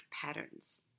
patterns